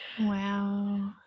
Wow